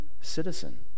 citizen